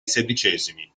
sedicesimi